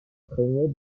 craignait